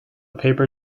paper